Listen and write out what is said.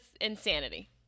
insanity